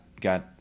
got